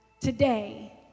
today